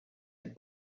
had